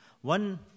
One